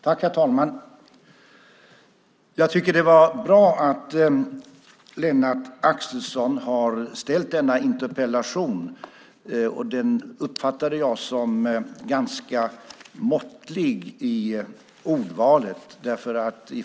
Herr talman! Jag tycker att det är bra att Lennart Axelsson har ställt den här interpellationen. Jag uppfattar den som ganska måttlig i ordvalet.